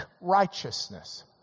righteousness